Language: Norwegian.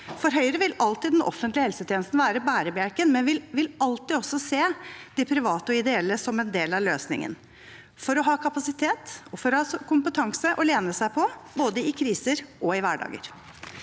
For Høyre vil alltid den offentlige helsetjenesten være bærebjelken, men vi vil også alltid se de private og ideelle som en del av løsningen – for å ha kapasitet og kompetanse å lene seg på, både i kriser og i hverdager.